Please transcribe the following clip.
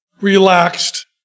relaxed